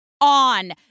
on